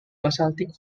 basaltic